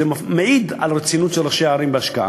זה מעיד על רצינות של ראשי ערים בהשקעה.